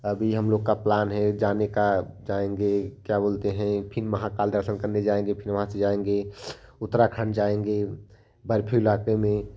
अभी हम लोगों का प्लान है जाने का जाएँगे क्या बोलते हैं फ़िर माहाकाल दर्शन करने जाएँगे फ़िर वहाँ से जाएँगे उतराखंड जाएँगे बर्फी इलाके में